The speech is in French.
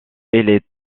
est